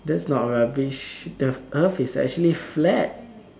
that's not rubbish the earth is actually flat